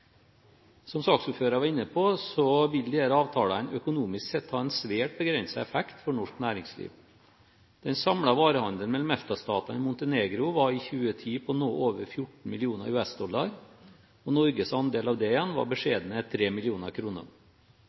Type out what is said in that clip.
Som saksordføreren var inne på, vil disse avtalene økonomisk sett ha en svært begrenset effekt for norsk næringsliv. Den samlede varehandelen mellom EFTA-statene og Montenegro var i 2010 på noe over 14 mill. US dollar, og Norges andel av dette var beskjedne